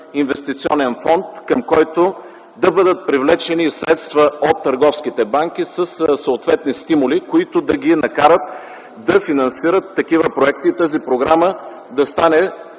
инвестиционен фонд, към който да бъдат привлечени и средства от търговските банки със съответни стимули, които да ги накарат да финансират такива проекти и тази програма да стане